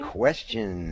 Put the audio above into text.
question